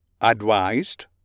Advised